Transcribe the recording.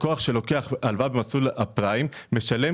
לקוח שלוקח הלוואה במסלול הפריים משלם